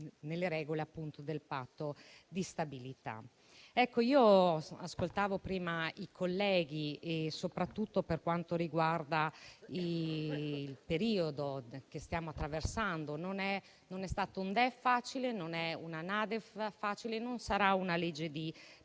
nelle regole del Patto di stabilità. Ho ascoltato prima i colleghi soprattutto per quanto riguarda il periodo che stiamo attraversando. Non è stato un DEF facile, non è una NADEF facile e non sarà una legge di